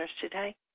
today